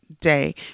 day